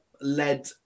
led